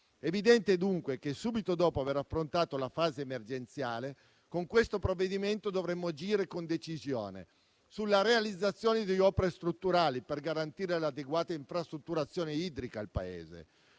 evidente dunque che, subito dopo aver affrontato la fase emergenziale, con questo provvedimento dovremo agire con decisione sulla realizzazione di opere strutturali per garantire l'adeguata infrastrutturazione idrica al Paese.